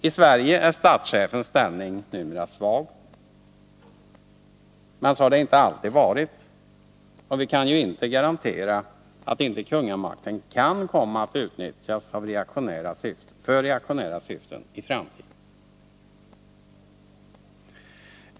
I Sverige är statschefens ställning numera svag, men så har det inte alltid varit, och vi kan ju inte garantera att inte kungamakten kan komma att utnyttjas för reaktionära syften i framtiden.